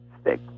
stick